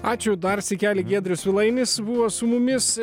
ačiū dar sykelį giedrius svilainis buvo su mumis